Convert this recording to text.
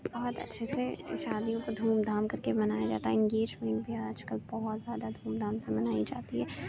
بہت اچھے سے شادیوں کو دھوم دھام کر کے منایا جاتا ہے انگیجمنٹ بھی آج کل بہت زیادہ دھوم دھام سے منائی جاتی ہے